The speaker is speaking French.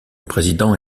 président